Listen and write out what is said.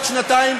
בתינוקות של ישראל,